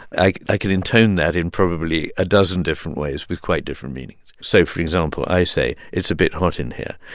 i i can intone that in probably a dozen different ways with quite different meanings. so for example, i say, it's a bit hot in here.